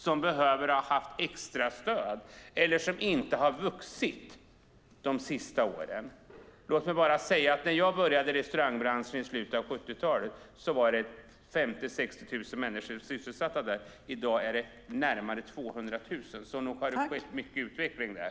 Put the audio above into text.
Den har inte behövt extrastöd, och det är inte en bransch som inte har vuxit under de senaste åren. Låt mig bara säga att när jag började i restaurangbranschen i slutet av 70-talet var 50 000-60 000 människor sysselsatta där. I dag är det närmare 200 000 - så nog har det skett mycket utveckling där.